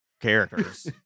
characters